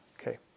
Okay